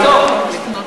אופיר,